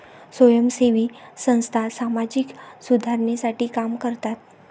स्वयंसेवी संस्था सामाजिक सुधारणेसाठी काम करतात